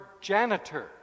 Janitor